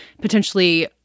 potentially